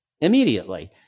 immediately